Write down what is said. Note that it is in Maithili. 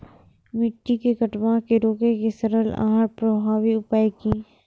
मिट्टी के कटाव के रोके के सरल आर प्रभावी उपाय की?